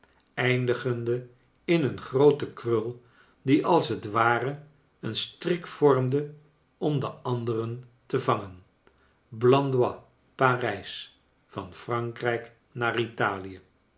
eindigende in een grooten krul die als t ware een strik vormde om de anderen te vangen blandois parijs van erankrijk naar italie